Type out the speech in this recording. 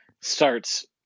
starts